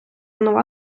нова